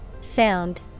Sound